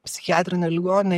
psichiatrinė ligoninė